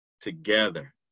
together